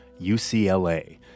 UCLA